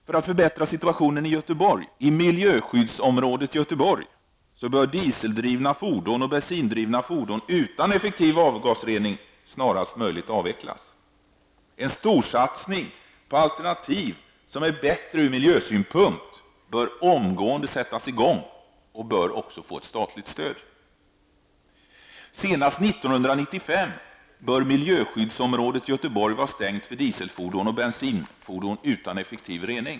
För att förbättra situationen i miljöskyddsområdet Göteborg bör dieseldrivna fordon och bensindrivna fordon utan effektiv avgasrening snarast möjligt avvecklas. En storsatsning på alternativ som är bättre ur miljösynpunkt bör omgående sättas i gång med statligt stöd. Senast 1995 bör miljöskyddsområdet Göteborg vara stängt för dieselfordon och bensinfordon utan effektiv rening.